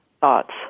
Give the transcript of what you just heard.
thoughts